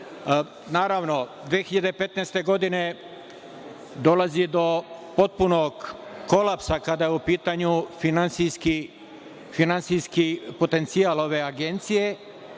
banaka. Naravno, 2015. godine dolazi do potpunog kolapsa kada je u pitanju finansijski potencijal ove Agencije,